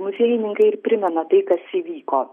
muziejininkai ir primena tai kas įvyko